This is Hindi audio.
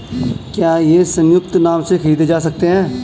क्या ये संयुक्त नाम से खरीदे जा सकते हैं?